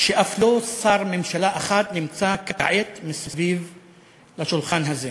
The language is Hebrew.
לא מפתיע שאף שר ממשלה אחד לא נמצא כעת ליד השולחן הזה.